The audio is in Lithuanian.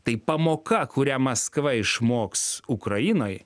tai pamoka kurią maskva išmoks ukrainoj